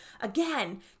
Again